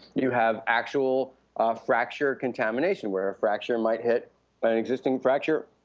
you have actual fracture contamination, where a fracture might hit but an existing fracture,